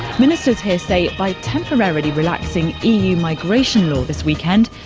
ministers here say by temporarily relaxing eu migration law this weekend,